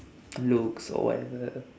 looks or whatever